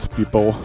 people